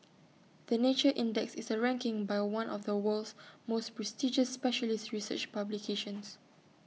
the nature index is A ranking by one of the world's most prestigious specialist research publications